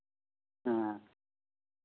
ᱦᱮᱸ